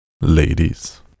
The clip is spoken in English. ladies